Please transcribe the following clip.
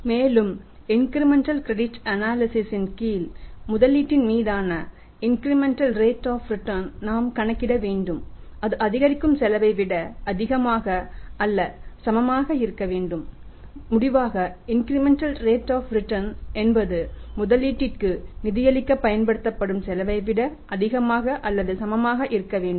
மேலும் incremental credit analysis என்பது முதலீட்டிற்கு நிதியளிக்கப் பயன்படுத்தப்படும் செலவைவிட அதிகமாக அல்லது சமமாக இருக்க வேண்டும்